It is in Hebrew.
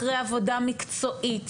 אחרי עבודה מקצועית,